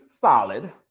solid